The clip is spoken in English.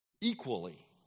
equally